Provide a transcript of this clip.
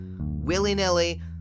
willy-nilly